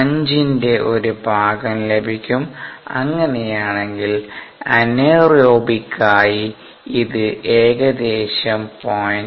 5 ന്റെ ഒരു ഭാഗം ലഭിക്കും അങ്ങനെയാണെങ്കിൽ അനേറോബിക്കായി ഇത് ഏകദേശം 0